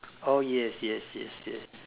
oh yes yes yes yes